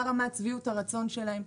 מה רמת שביעות הרצון שלהם?